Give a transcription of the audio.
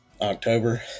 October